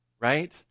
Right